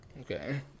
Okay